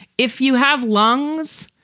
if you have lungs,